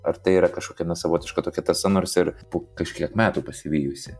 ar tai yra kažkokia na savotiška tokia tiesa nors ir po kažkiek metų pasivijusi